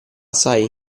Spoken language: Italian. sai